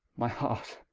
my heart